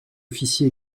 officie